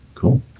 Cool